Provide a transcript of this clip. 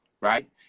right